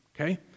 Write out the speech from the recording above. Okay